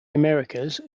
americas